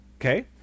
okay